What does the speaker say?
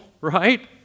right